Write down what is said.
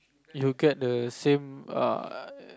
you'll get the same err